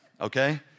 okay